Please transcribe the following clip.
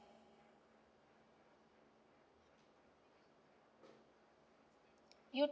you